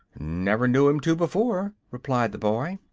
never knew him to, before, replied the boy.